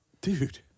Dude